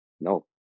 No